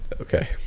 Okay